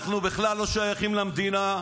אנחנו בכלל לא שייכים למדינה,